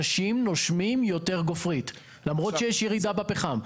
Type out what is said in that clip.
אנשים נושמים יותר גופרית למרות שיש ירידה בפחם.